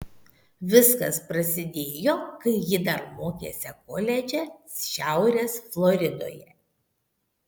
viskas prasidėjo kai ji dar mokėsi koledže šiaurės floridoje